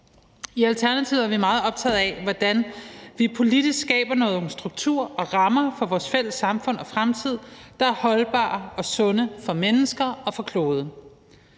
I Alternativet er vi meget optagede af, hvordan vi politisk skaber nogle strukturer og rammer for vores fælles samfund og fremtid, der er holdbare og sunde for mennesker og for kloden.